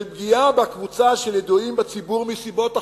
של פגיעה בקבוצה של ידועים בציבור מסיבות אחרות,